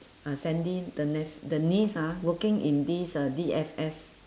uh sandy the neph~ the niece ah working in this uh D_F_S